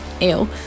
ew